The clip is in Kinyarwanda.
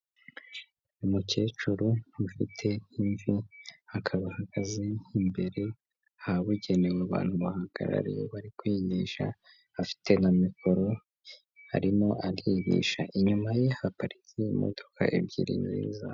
Umukecuru ufite imvi akaba ahagaze imbere habugenewe abantu bahagarara iyo bari kwigisha afite na mikoro arimo arigisha . Inyuma ye haparitse imodoka ebyiri nziza.